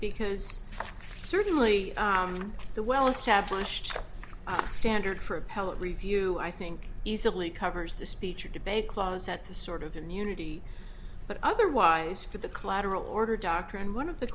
because certainly the well established standard for appellate review i think easily covers the speech or debate clause that's a sort of immunity but otherwise for the collateral order doctrine one of the